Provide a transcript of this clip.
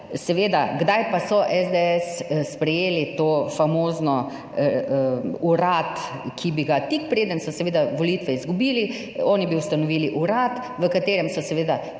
Seveda kdaj pa so SDS sprejeli to famozno urad, ki bi ga tik preden so seveda volitve izgubili, oni bi ustanovili urad, v katerem so seveda